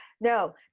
no